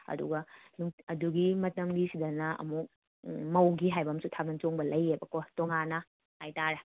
ꯑꯗꯨꯒ ꯑꯗꯨꯒꯤ ꯃꯇꯝꯒꯤꯁꯤꯗꯅ ꯑꯃꯨꯛ ꯎꯝ ꯃꯧꯒꯤ ꯍꯥꯏꯕ ꯑꯝꯁꯨ ꯊꯥꯕꯜ ꯆꯣꯡꯕ ꯂꯩꯑꯦꯕꯀꯣ ꯇꯣꯉꯥꯟꯅ ꯍꯥꯏꯇꯥꯔꯦ